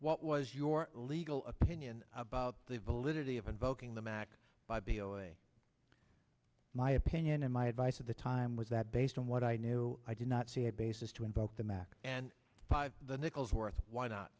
what was your legal opinion about the validity of invoking the mac by b o a my opinion and my advice at the time was that based on what i knew i did not see a basis to invoke the matter and the nickel's worth why not